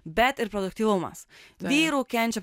bet ir produktyvumas vyrų kenčia